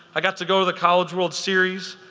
i got to go to the college world series.